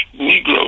Negro